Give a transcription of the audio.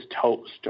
toast